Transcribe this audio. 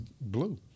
blue